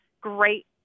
great